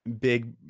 big